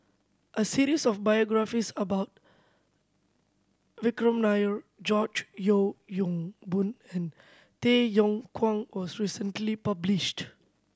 a series of biographies about Vikram Nair George Yeo Yong Boon and Tay Yong Kwang was recently published